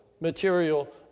material